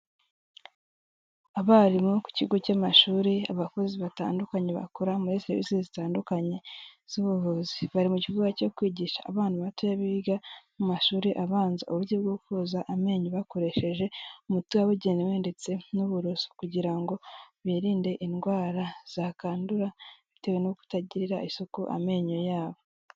Abarimu ku kigo cy'amashuri abakozi batandukanye bakora muri serivisi zitandukanye z'ubuvuzi bari mu kibuga cyo kwigisha abana batoya biga mu mashuri abanza uburyo bwo koza amenyo bakoresheje umuti wabugenewe ndetse n'uburoso kugira ngo birinde indwara zakandura bitewe no kutagirarira isuku amenyo yabo.